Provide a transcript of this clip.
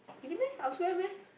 you didn't meet him elsewhere meh